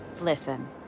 Listen